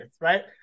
Right